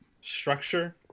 Structure